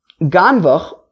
Ganvach